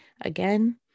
Again